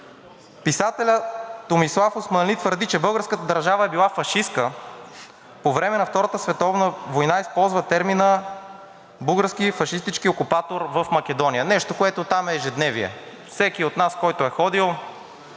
Писателят Томислав Османли твърди, че българската държава е била фашистка по време на Втората световна война, използва термина „български фашистички окупатор в Македония“, нещо, което там е ежедневие. Всеки от нас, който е ходил,